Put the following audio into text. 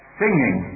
singing